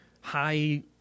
high